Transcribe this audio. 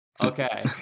Okay